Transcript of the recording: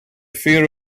fear